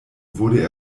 wurde